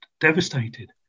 devastated